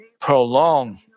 prolong